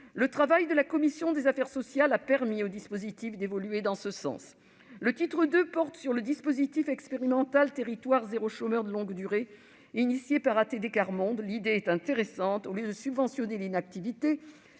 Le travail de la commission des affaires sociales a permis d'évoluer en ce sens. Le titre II porte sur le dispositif expérimental « territoires zéro chômeur de longue durée », lancé par ATD Quart Monde. L'idée est intéressante ; au lieu de subventionner l'inactivité,